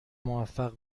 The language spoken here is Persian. موفق